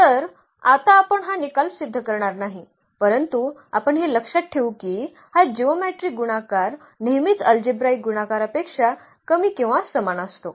तर आता आपण हा निकाल सिद्ध करणार नाही परंतु आपण हे लक्षात ठेवू की हा जिओमेट्रीक गुणाकार नेहमीच अल्जेब्राईक गुणाकारापेक्षा कमी किंवा समान असतो